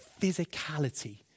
physicality